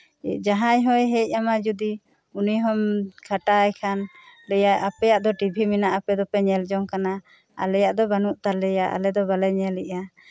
ᱡᱟᱸᱦᱟᱭ ᱦᱚᱭ ᱦᱮᱡ ᱟᱢᱟ ᱡᱚᱫᱤ ᱩᱱᱤ ᱦᱚᱢ ᱠᱷᱟᱴᱟᱣ ᱟᱭ ᱠᱷᱟᱱ ᱞᱟᱹᱭᱟᱭ ᱟᱯᱮᱭᱟᱜ ᱫᱚ ᱴᱤᱵᱷᱤ ᱢᱮᱱᱟᱜᱼᱟ ᱟᱯᱮ ᱫᱚᱯᱮ ᱧᱮᱞ ᱡᱚᱝ ᱠᱟᱱᱟ ᱟᱞᱮᱭᱟᱜ ᱫᱚ ᱵᱟᱹᱱᱩᱜ ᱛᱟᱞᱮᱭᱟ ᱟᱞᱮ ᱫᱚ ᱵᱟᱞᱮ ᱧᱮᱞᱮᱜᱼᱟ